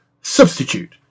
Substitute